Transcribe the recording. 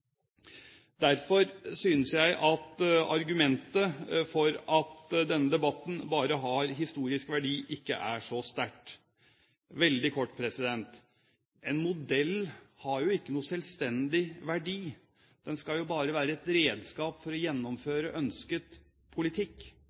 Derfor synes jeg at argumentet for at denne debatten bare har historisk verdi, ikke er så sterkt. Veldig kort: En modell har ikke noen selvstendig verdi. Den skal bare være et redskap for å gjennomføre ønsket politikk.